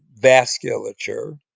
vasculature